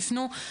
נקודתיים.